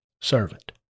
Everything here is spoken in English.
servant